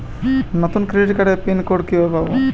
নতুন ক্রেডিট কার্ডের pin code কিভাবে পাব?